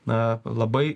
na labai